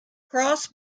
cross